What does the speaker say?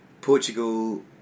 Portugal